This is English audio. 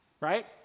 right